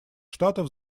штатов